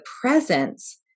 presence